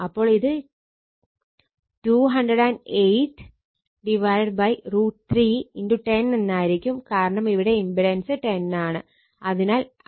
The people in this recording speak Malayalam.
അപ്പോൾ ഇത് 208 √3 × 10 എന്നായിരിക്കും കാരണം ഇവിടെ ഇമ്പിടൻസ് 10 ആണ്